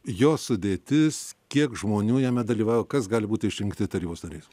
jos sudėtis kiek žmonių jame dalyvauja kas gali būti išrinkti tarybos nariais